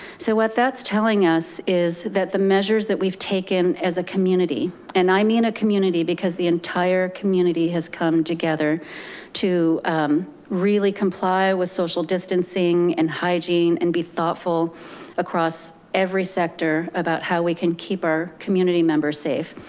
so what that's telling us is that the measures that we've taken as a community, and i mean a community, because the entire community has come together to really comply with social distancing and hygiene and be thoughtful across every sector about how we can keep our community members safe.